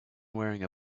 wearing